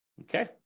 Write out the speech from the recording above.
okay